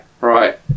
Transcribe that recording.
Right